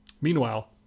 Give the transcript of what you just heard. Meanwhile